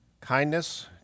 kindness